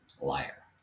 liar